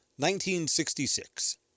1966